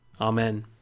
amen